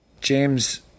James